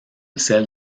celle